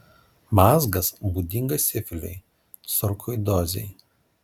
mazgas būdingas sifiliui sarkoidozei